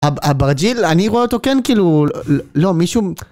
אברג'יל אני רואה אותו כן כאילו לא מישהו